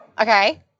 Okay